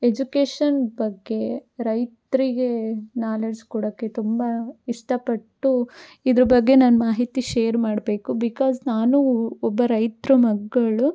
education ಬಗ್ಗೆ ರೈತರಿಗೆ knowledge ಕೊಡೋಕ್ಕೆ ತುಂಬ ಇಷ್ಟಪಟ್ಟು ಇದ್ರ ಬಗ್ಗೆ ನಾನು ಮಾಹಿತಿ ಶೇರ್ ಮಾಡಬೇಕು ಬಿಕಾಸ್ ನಾನೂ ಒಬ್ಬ ರೈತ್ರ ಮಗಳು